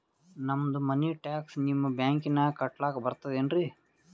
ನಮ್ದು money tax ನಿಮ್ಮ ಬ್ಯಾಂಕಿನಾಗ ಕಟ್ಲಾಕ ಬರ್ತದೇನ್ರಿ?